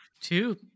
two